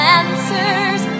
answers